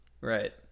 Right